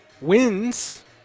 wins